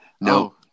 No